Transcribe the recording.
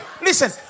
Listen